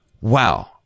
wow